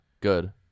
Good